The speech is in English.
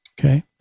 Okay